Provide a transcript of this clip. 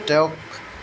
তেওঁক